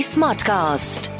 Smartcast